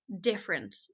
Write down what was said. Different